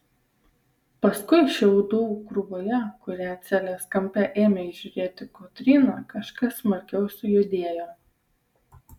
paskui šiaudų krūvoje kurią celės kampe ėmė įžiūrėti kotryna kažkas smarkiau sujudėjo